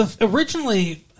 originally